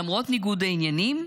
למרות ניגוד העניינים,